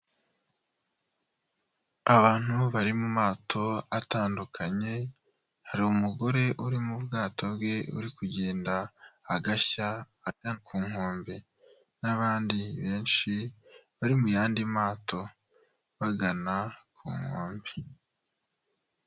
Abantu bari mu mato atandukanye, hari umugore uri mu bwato bwe uri kugenda agashya, ajya ku nkombe, n'abandi benshi bari mu yandi mato bagana ku nkombe.